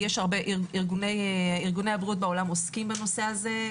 ארגוני הבריאות בעולם עוסקים בנושא הזה.